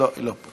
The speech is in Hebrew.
תעשה את